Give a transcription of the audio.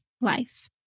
life